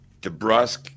DeBrusque